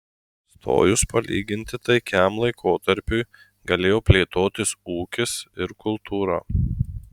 stojus palyginti taikiam laikotarpiui galėjo plėtotis ūkis ir kultūra